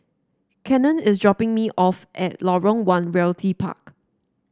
Cannon is dropping me off at Lorong One Realty Park